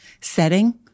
setting